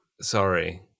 Sorry